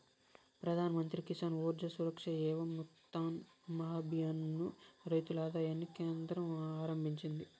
ప్రధాన్ మంత్రి కిసాన్ ఊర్జా సురక్ష ఏవం ఉత్థాన్ మహాభియాన్ ను రైతుల ఆదాయాన్ని కేంద్రం ఆరంభించింది